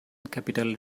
capital